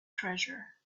treasure